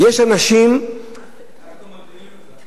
אנחנו מגדילים את זה.